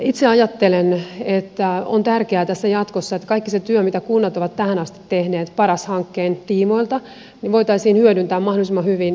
itse ajattelen että on tärkeää tässä jatkossa että kaikki se työ mitä kunnat ovat tähän asti tehneet paras hankkeen tiimoilta voitaisiin hyödyntää mahdollisimman hyvin jatkotyössä